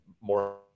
more